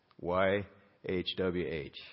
Y-H-W-H